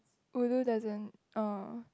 ulu doesn't uh